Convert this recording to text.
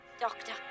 Doctor